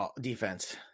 defense